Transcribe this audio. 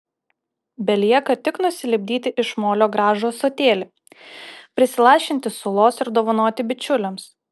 belieka tik nusilipdyti iš molio gražų ąsotėlį prisilašinti sulos ir dovanoti bičiuliams